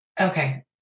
okay